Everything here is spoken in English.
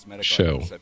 show